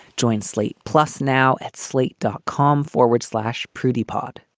joint slate plus now at slate dot com forward slash prudy pod